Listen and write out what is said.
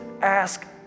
ask